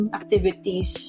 activities